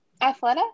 Athleta